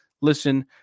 listen